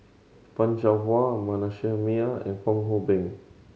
Fan Shao Hua Manasseh Meyer and Fong Hoe Beng